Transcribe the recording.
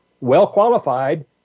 well-qualified